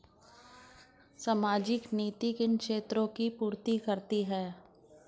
सामाजिक नीति किन क्षेत्रों की पूर्ति करती है?